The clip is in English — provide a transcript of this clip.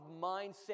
mindset